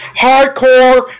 hardcore